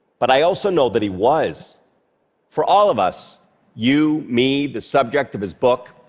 but i also know that he was for all of us you, me, the subject of his book,